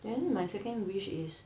then my second wish is